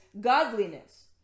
godliness